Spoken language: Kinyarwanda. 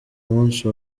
musi